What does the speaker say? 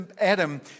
Adam